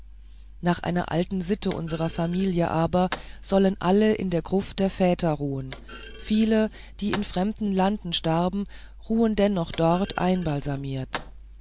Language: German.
nach einer alten sitte unserer familie aber sollen alle in der gruft der väter ruhen viele die in fremdem lande starben ruhen dennoch dort einbalsamiert